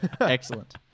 Excellent